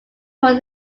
was